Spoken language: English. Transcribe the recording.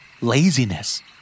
Laziness